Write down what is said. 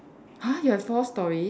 !huh! you have more stories